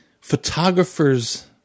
Photographers